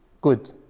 Good